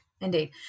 indeed